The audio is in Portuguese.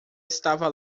estava